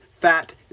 fat